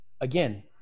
again